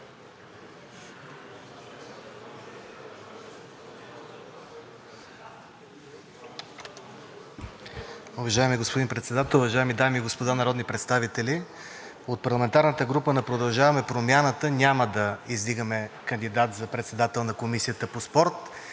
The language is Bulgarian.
издигаме кандидат за председател на Комисията по спорт